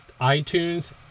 iTunes